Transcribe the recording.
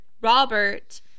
Robert